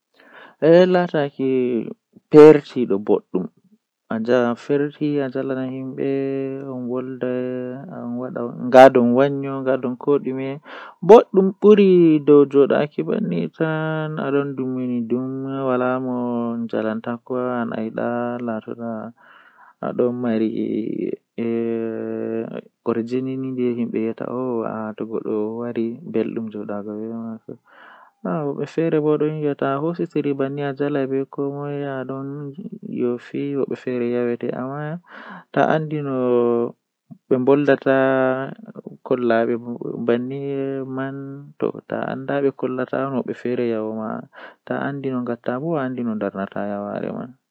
Taalel taalel jannata booyel, Woodi nafu amara hunde jalnaare ngam himbe yidan haala maako sosai, Be tokkan yiduki be wolda be maako kala nde handi fuu.